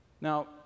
Now